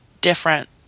different